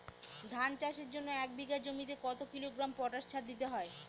ধান চাষের জন্য এক বিঘা জমিতে কতো কিলোগ্রাম পটাশ সার দিতে হয়?